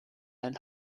ein